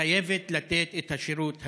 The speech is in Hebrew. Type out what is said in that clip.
חייבת לתת את השירות הזה,